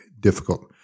difficult